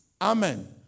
Amen